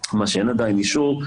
מה שאין עדיין אישור,